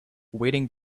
wading